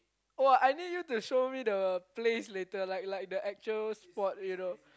oh I need you to show me the place later like like the actual spot area